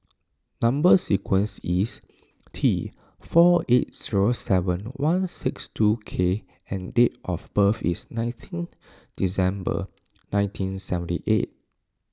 Number Sequence is T four eight zero seven one six two K and date of birth is nineteen December nineteen seventy eight